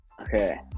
okay